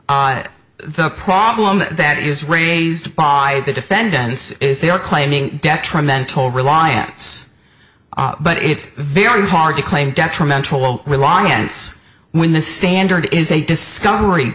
but the problem with that is raised by the defendants is they are claiming detrimental reliance but it's very hard to claim detrimental reliance when the standard is a discovery